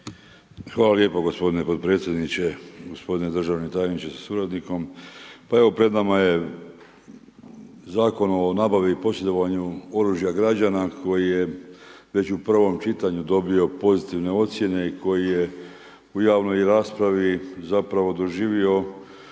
Hvala lijepo gospodine potpredsjedniče, gospodine državni tajniče sa suradnikom. Pa evo pred nama je Zakon o nabavi i posjedovanju oružja građana koji je već u prvom čitanju dobio pozitivne ocjene i koji je u javnoj raspravi zapravo doživio